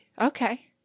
okay